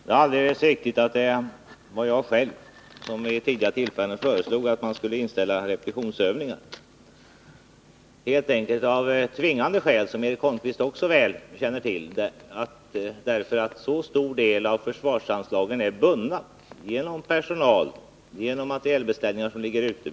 Herr talman! Det är alldeles riktigt att det var jag själv som vid tidigare tillfällen föreslog att man skulle ställa in repetitionsövningar. Det var helt enkelt av tvingande skäl, vilket Eric Holmqvist också väl känner till. Försvarsanslagen är till stor del bundna genom personalkostnader och genom materialbeställningar som ligger ute.